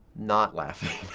not laughing.